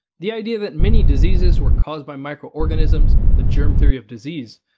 the idea that many diseases were caused by microorganisms the germ theory of disease,